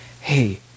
Hey